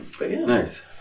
Nice